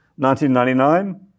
1999